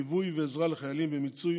ליווי ועזרה לחיילים במיצוי